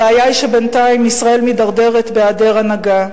הבעיה היא שבינתיים ישראל מידרדרת בהיעדר הנהגה,